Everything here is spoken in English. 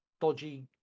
dodgy